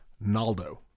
Naldo